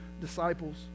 disciples